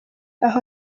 aho